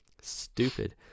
Stupid